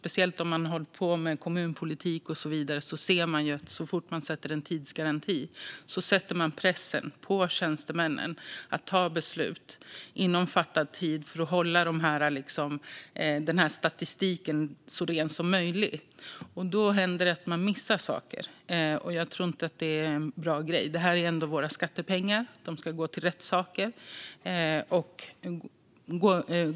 Den som har hållit på med kommunpolitik vet att så fort man sätter en tidsgaranti sätter man också press på tjänstemännen att ta beslut inom fastlagd tid för att hålla statistiken så ren som möjligt, och då händer det att de missar saker. Jag tror inte att det är en bra grej. Det här är ändå våra skattepengar, och de ska gå till rätt saker.